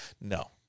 no